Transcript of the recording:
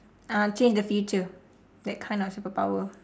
ah change the future that kind of superpower